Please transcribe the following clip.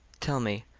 tell me,